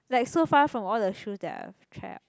like so far from all the shoes that I've tried